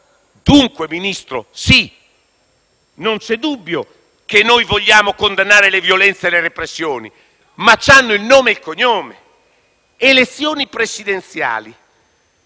Dunque, signor Ministro, sì, non c'è dubbio che noi vogliamo condannare le violenze e le repressioni, ma queste hanno un nome e un cognome. Elezioni presidenziali